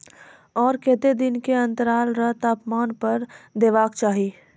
आर केते दिन के अन्तराल आर तापमान पर देबाक चाही?